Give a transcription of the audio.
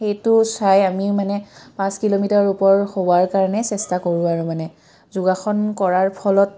সেইটো চাই আমি মানে পাঁচ কিলোমিটাৰ ওপৰ হোৱাৰ কাৰণে চেষ্টা কৰোঁ আৰু মানে যোগাসন কৰাৰ ফলত